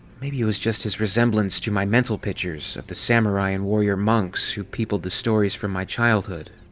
maybe it was just his resemblance to my mental pictures of the samurai and warrior monks who peopled the stories from my childhood.